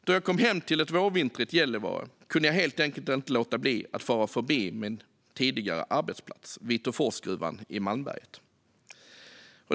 Då jag kom till ett vårvintrigt Gällivare kunde jag helt enkelt inte låta bli att fara förbi min tidigare arbetsplats, Vitåforsgruvan i Malmberget.